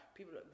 People